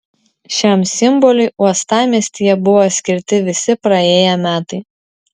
šiam simboliui uostamiestyje buvo skirti visi praėję metai